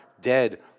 dead